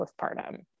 postpartum